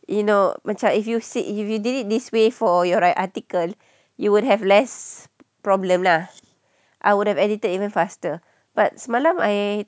you know macam if you sit you if you did it this way for your write article you will have less problem lah I would have edited even faster but semalam I